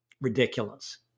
Ridiculous